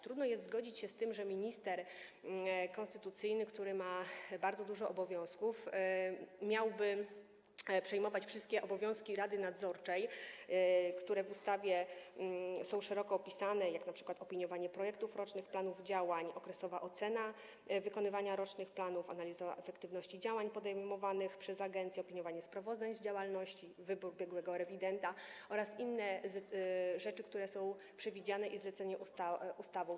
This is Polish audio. Trudno jest zgodzić się z tym, że minister konstytucyjny, który ma bardzo dużo obowiązków, miałby przejmować wszystkie obowiązki rady nadzorczej, które w ustawie są szeroko opisane, chodzi np. o opiniowanie projektów rocznych planów działań, okresową ocenę wykonywania rocznych planów, analizę efektywności działań podejmowanych przez agencję, opiniowanie sprawozdań z działalności, wybór biegłego rewidenta oraz inne kwestie, które są przewidziane i zlecone w ustawie.